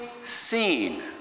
seen